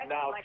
Now